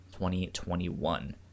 2021